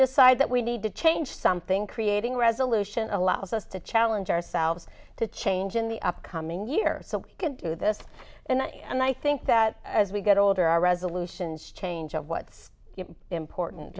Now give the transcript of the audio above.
decide that we need to change something creating resolution allows us to challenge ourselves to change in the upcoming year so we can do this and i think that as we get older our resolutions change of what's important